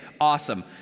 awesome